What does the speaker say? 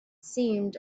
seemed